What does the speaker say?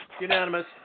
Unanimous